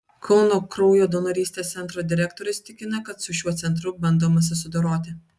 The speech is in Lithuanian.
kauno kraujo donorystės centro direktorius tikina kad su šiuo centru bandoma susidoroti